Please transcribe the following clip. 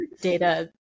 data